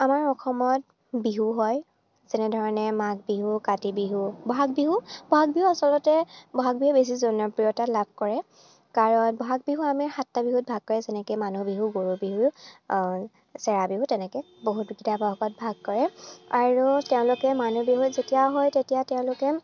আমাৰ অসমত বিহু হয় যেনেধৰণে মাঘ বিহু কাতি বিহু বহাগ বিহু বহাগ বিহু আচলতে বহাগ বিহু বেছি জনপ্ৰিয়তা লাভ কৰে কাৰণ বহাগ বিহু আমি সাতটা বিহুত ভাগ কৰে যেনেকৈ মানুহ বিহু গৰু বিহু অঁ চেৰা বিহু তেনেকৈ বহুত কেইটা ভাগত ভাগ কৰে আৰু তেওঁলোকে মানুহ বিহু যেতিয়া হয় তেতিয়া তেওঁলোকে